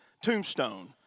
Tombstone